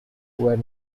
where